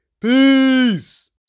peace